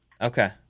Okay